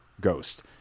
Ghost